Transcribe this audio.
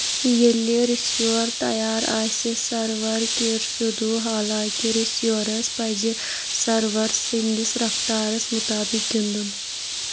ییٚلہِ رسیور تَیار آسہِ سرور کِر سدوٗ حالانٛکہِ رسیورس پَزِ سرور سٕنٛدِس رَفتارَس مُطٲبَق گِنٛدُن